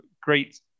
great